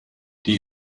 die